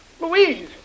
Louise